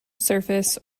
surface